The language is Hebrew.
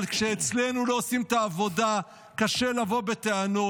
אבל כשאצלנו לא עושים את העבודה קשה לבוא בטענות.